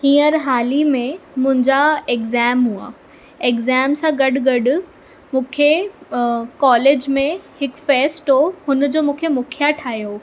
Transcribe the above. here हाल ई में मुंहिंजा एक्ज़ाम हुआ एक्ज़ाम सां गॾ गॾ मूंखे कॉलेज में हिक फैस्ट हो हुन जो मूंखे मुखिया ठाहियो हुओ